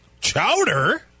Chowder